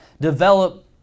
develop